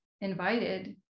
invited